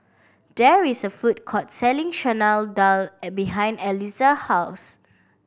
there is a food court selling Chana Dal behind Eliza house